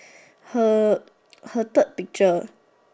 her her third picture